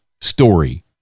story